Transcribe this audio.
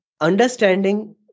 understanding